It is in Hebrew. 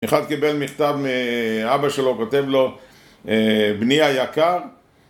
אחד קיבל מכתב מאבא שלו, כותב לו, בני היקר